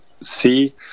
see